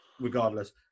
regardless